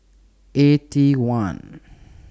Eighty One